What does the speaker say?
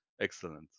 excellent